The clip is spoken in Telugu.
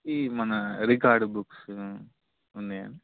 ఈ మన రికార్డ్ బుక్స్ ఉన్నాయా